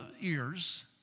ears